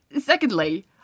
Secondly